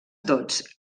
tots